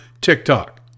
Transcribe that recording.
TikTok